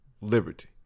liberty